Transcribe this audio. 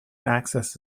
access